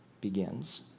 begins